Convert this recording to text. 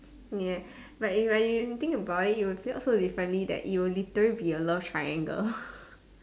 ya but if like you think about it it will play out so differently that it will literally be a love triangle